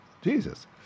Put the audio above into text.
Jesus